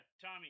tommy